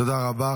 תודה רבה.